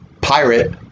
pirate